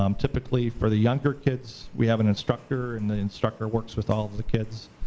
um typically, for the younger kids we have an instructor. and the instructor works with all of the kids.